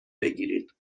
بگیرید